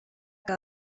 que